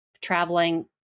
traveling